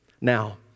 Now